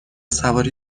سواری